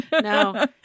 no